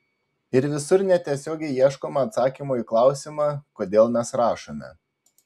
ir visur netiesiogiai ieškoma atsakymo į klausimą kodėl mes rašome